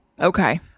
Okay